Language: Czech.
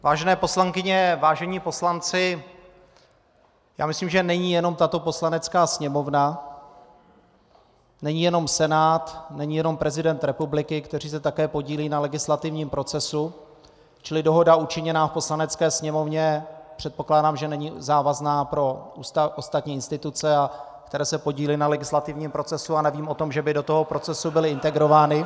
Vážené poslankyně, vážení poslanci, já myslím, že není jenom tato Poslanecká sněmovna, není jenom Senát, není jenom prezident republiky, kteří se také podílejí na legislativním procesu, čili dohoda učiněná v Poslanecké sněmovně, předpokládám, že není závazná pro ostatní instituce, které se podílí na legislativním procesu, a nevím o tom, že by do tohoto procesu byly integrovány.